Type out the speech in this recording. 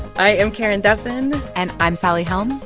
i am karen duffin and i'm sally helm.